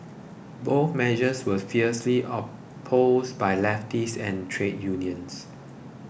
both measures were fiercely opposed by leftists and trade unions